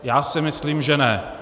Já si myslím, že ne.